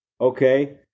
okay